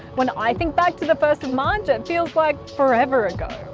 when i think back to the first of march it feels like forever ago.